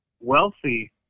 wealthy